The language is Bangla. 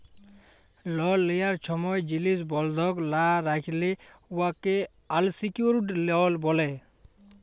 লল লিয়ার ছময় জিলিস বল্ধক লা রাইখলে উয়াকে আলসিকিউর্ড লল ব্যলে